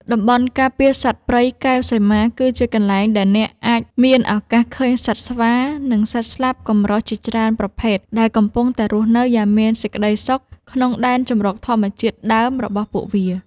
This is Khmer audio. តំបន់ការពារសត្វព្រៃកែវសីមា គឺជាកន្លែងដែលអ្នកអាចមានឱកាសឃើញសត្វស្វា និង សត្វស្លាបកម្រជាច្រើនប្រភេទដែលកំពុងតែរស់នៅយ៉ាងមានសេចក្តីសុខក្នុងដែនជម្រកធម្មជាតិដើមរបស់ពួកវា។